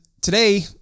today